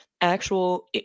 actual